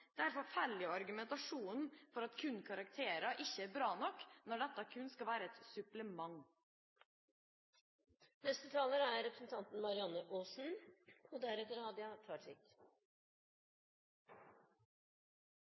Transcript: Derfor faller jo argumentasjonen for at kun karakterer ikke er bra nok når disse kun skal være et supplement. Først kan jeg opplyse representanten